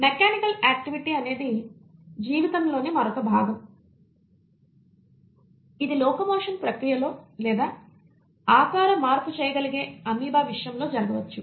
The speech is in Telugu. మెకానికల్ యాక్టివిటీ అనేది జీవితంలోని మరొక భాగం ఇది లోకోమోషన్ ప్రక్రియలో లేదా ఆకార మార్పుచేయగలిగే అమీబా విషయంలో జరగవచ్చు